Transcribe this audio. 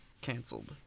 Canceled